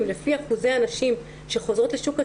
לפי אחוזי הנשים שחוזרות לשוק התעסוקה,